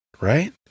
right